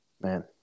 Man